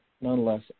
Nonetheless